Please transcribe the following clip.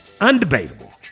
Undebatable